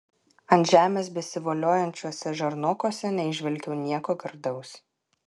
ant žemės besivoliojančiuose žarnokuose neįžvelgiau nieko gardaus